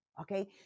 Okay